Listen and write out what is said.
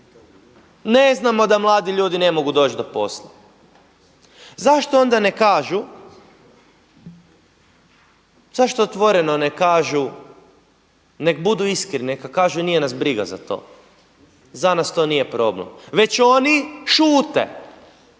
ne znamo da mladi ljudi ne mogu doći do posla? Zašto onda ne kažu, zašto otvoreno ne kažu, neka budu iskreni i neka kažu nije nas briga za to, za nas to nije problem. Već oni šute.